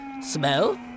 Smell